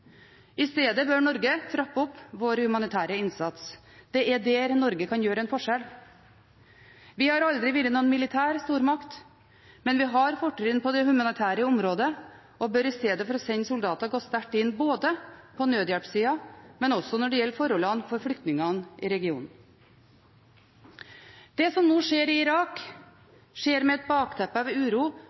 I stedet bør Norge trappe opp sin humanitære innsats. Det er der Norge kan gjøre en forskjell. Vi har aldri vært noen militær stormakt, men vi har fortrinn på det humanitære området og bør i stedet for å sende soldater gå sterkt inn på nødhjelpssiden, men også når det gjelder forholdene for flyktningene i regionen. Det som nå skjer i Irak, skjer med et bakteppe av uro